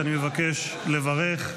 שאני מבקש לברך,